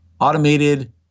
automated